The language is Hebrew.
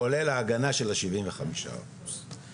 כולל ההגנה של השבעים וחמישה אחוז.